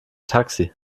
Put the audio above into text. taxi